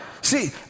See